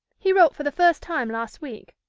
he wrote for the first time last week.